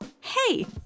hey